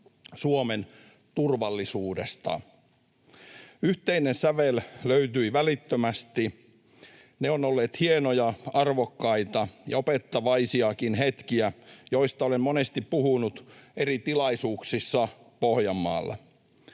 Suomen turvallisuudesta. Yhteinen sävel löytyi välittömästi. Ne ovat olleet hienoja, arvokkaita ja opettavaisiakin hetkiä, joista olen monesti puhunut eri tilaisuuksissa Pohjanmaalla.